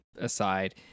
aside